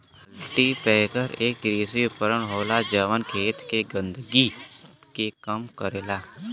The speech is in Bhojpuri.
कल्टीपैकर एक कृषि उपकरण होला जौन खेत के गंदगी के कम करला